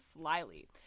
slyly